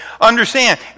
understand